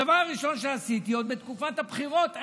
הדבר הראשון שעשיתי, עוד בקופת הבחירות אז,